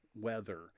weather